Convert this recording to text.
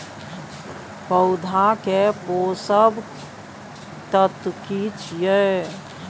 पौधा के पोषक तत्व की छिये?